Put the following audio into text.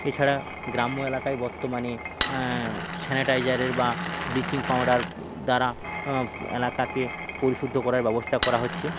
এছাড়া গ্রাম্য এলাকায় বর্তমানে স্যানিটাইজারের বা ব্লিচিং পাউডার দ্বারা এলাকাকে পরিশুদ্ধ করার ব্যবস্থা করা হচ্ছে